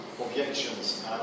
objections